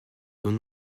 dont